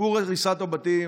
סיפור הריסת הבתים